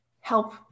help